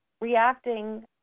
reacting